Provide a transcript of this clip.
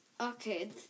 okay